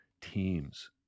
teams